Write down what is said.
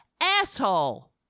asshole